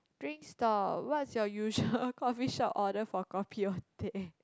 drink stall what's your usual coffee shop order for coffee or teh